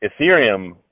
ethereum